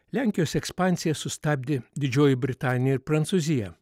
lenkijos ekspansiją sustabdė didžioji britanija ir prancūzija